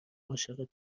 عاشقت